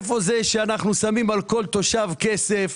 איפה זה שאנחנו שמים על כל תושב כסף,